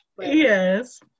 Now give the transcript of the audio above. yes